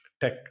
tech